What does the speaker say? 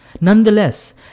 Nonetheless